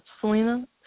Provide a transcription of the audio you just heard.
Selena